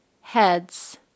heads